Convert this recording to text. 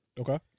Okay